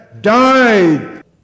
died